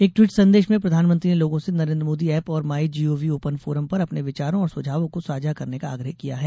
एक ट्वीट संदेश में प्रधानमंत्री ने लोगों से नरेन्द्र मोदी एप और my G O V open forum पर अपने विचारों और सुझावों को साझा करने का आग्रह किया है